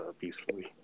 peacefully